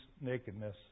nakedness